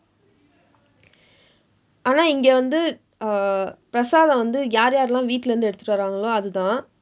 ஆனா இங்க வந்து:aanaa ingka vandthu err பிரசாதம் எல்லாம் யாரு யாரெல்லாம் வீட்டிலிருந்து எடுத்துக்கிட்டு வராங்களோ அதுதான்:pirasatham ellaam yaaru yaarellaam viitdilirundthu eduththukkitdu varaangkaloo athuthaan